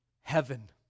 Heaven